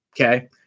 okay